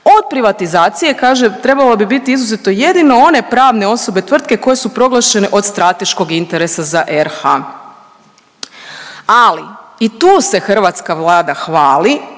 Od privatizacije kaže trebalo bi bit izuzeto jedino one pravne osobe i tvrtke koje su proglašene od strateškog interesa za RH. Ali i tu se hrvatska Vlada hvali